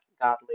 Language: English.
godly